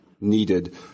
needed